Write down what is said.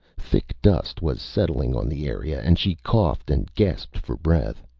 thick dust was settling on the area and she coughed and gasped for breath.